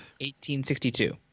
1862